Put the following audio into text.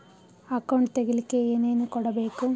Account ತೆಗಿಲಿಕ್ಕೆ ಏನೇನು ಕೊಡಬೇಕು?